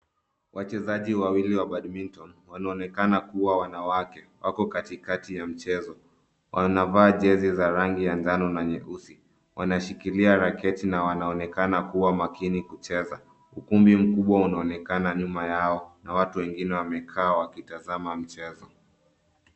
Wachezaji wawili wa badminton , wanaonekana kuwa wanawake wako katikati ya mchezo, wanavaa jezi za rangi ya njano na nyeusi, wanashikilia raketi na wanaonekna kuwa makini kucheza, ukumbi mkubwa unaonekana nyuma yao na watu wengine wamekaa wakitazama mchezo.